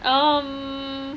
um